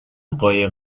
قایق